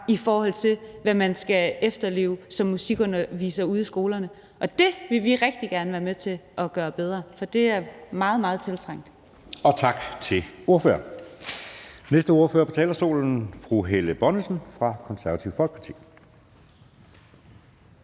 i forhold til hvad man skal efterleve som musikunderviser ude i skolerne. Og det vil vi rigtig gerne være med til at gøre bedre, for det er meget, meget tiltrængt. Kl. 10:46 Anden næstformand (Jeppe Søe): Tak til ordføreren. Den næste ordfører på talerstolen er fru Helle Bonnesen fra Det Konservative Folkeparti.